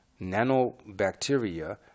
nanobacteria